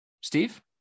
Steve